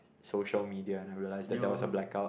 social media and I realise that there was a blackout